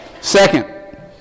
Second